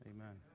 Amen